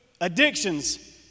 addictions